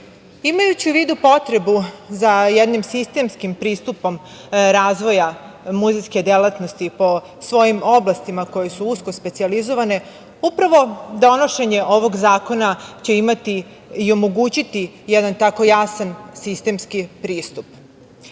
dobara. Imajući u vidu potrebu za jednim sistemskim pristupom razvoja muzejske delatnosti po svojim oblastima, koji su usko specijalizovane, upravo donošenje ovog zakona će imati i omogućiti jedan takav jasan sistemski pristup. Ovim